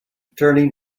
attorney